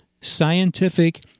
Scientific